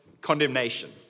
condemnation